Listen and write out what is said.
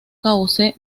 cauce